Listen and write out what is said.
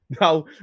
now